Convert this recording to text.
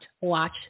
watch